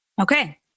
Okay